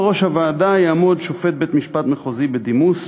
בראש הוועדה יעמוד שופט בית-משפט מחוזי בדימוס,